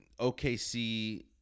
OKC